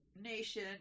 nation